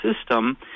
system